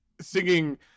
singing